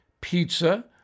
pizza